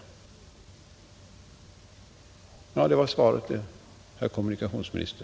Ja, det var svaret, herr kommunikationsminister,